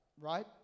right